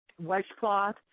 washcloth